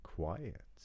Quiet